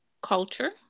culture